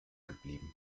geblieben